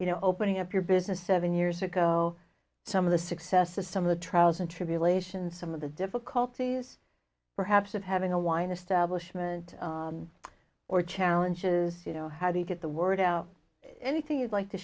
you know opening up your business seven years ago some of the successes some of the trials and tribulations some of the difficulties perhaps of having a wine establishment or challenges you know how do you get the word out anything you'd like to